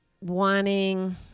wanting